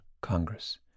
Congress